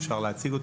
אפשר להציג אותו.